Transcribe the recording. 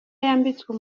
yambitswe